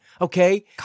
Okay